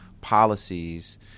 policies